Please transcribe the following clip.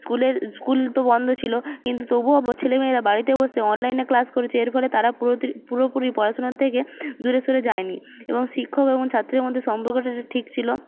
স্কুলের স্কুল তো বন্ধ ছিল কিন্তু তবুও ছেলেমেয়েরা বাড়িতে বসে অনলাইনে ক্লাস করছে এর ফলে তারা পুরোপুরি পড়াশোনার থেকে দূরে সরে যায়নি এবং শিক্ষক এবং ছাত্রের মধ্যে সম্পর্কটা ঠিক ছিল